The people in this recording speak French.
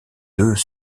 deux